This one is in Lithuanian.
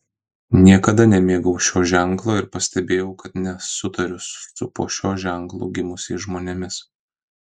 niekada nemėgau šio ženklo ir pastebėjau kad nesutariu su po šiuo ženklu gimusiais žmonėmis